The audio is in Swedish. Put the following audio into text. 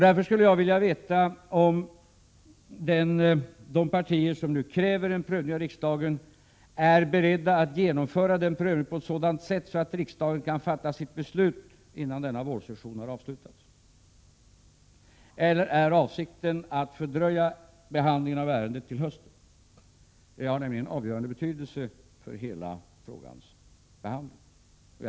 Därför skulle jag vilja veta om de partier som nu kräver en prövning av riksdagen är beredda att genomföra denna prövning på sådant sätt att riksdagen kan fatta sitt beslut innan denna vårsession är avslutad. Eller är avsikten att fördröja behandlingen av ärendet till hösten? Det har nämligen avgörande betydelse för hela frågans behandling.